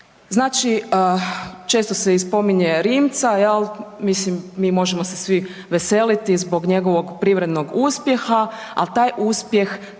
Znači, često se i spominje Rimca jel, mislim mi možemo se svi veseliti zbog njegovog privrednog uspjeha ali taj uspjeh